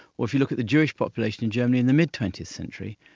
or if you look at the jewish population in germany in the mid twentieth century,